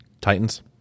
titans